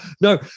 No